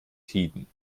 tiden